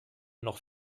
noch